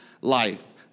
life